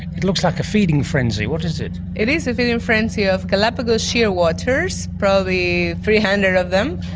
it looks like a feeding frenzy. what is it? it is a feeding frenzy of galapagos shearwaters, probably three hundred of them.